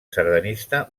sardanista